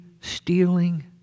Stealing